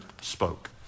spoke